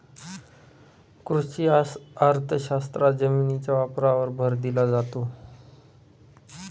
कृषी अर्थशास्त्रात जमिनीच्या वापरावर भर दिला जातो